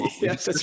Yes